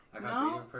No